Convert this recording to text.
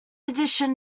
addition